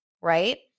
right